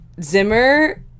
Zimmer